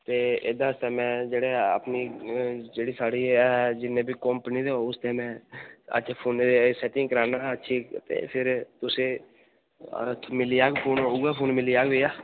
ते एह्दे अस्तै मैं जेह्ड़े अपनी जेह्ड़ी साढ़ी ऐ जिन्ने बी कंपनी दे उस आस्तै मैं अज्ज फोने दी सैटिंग करानां ठीक ते फिर तुसेंगी मिली जाग उ'यै फोन मिली जाग भैया